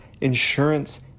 insurance